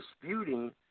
disputing